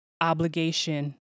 obligation